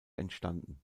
entstanden